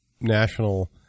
national